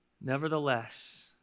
Nevertheless